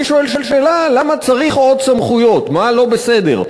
אני שואל שאלה: למה צריך עוד סמכויות, מה לא בסדר?